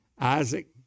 Isaac